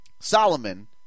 Solomon